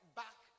back